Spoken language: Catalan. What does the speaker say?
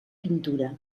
pintura